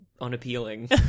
unappealing